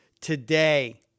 today